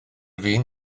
fin